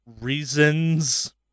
reasons